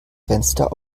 fenster